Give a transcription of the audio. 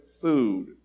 food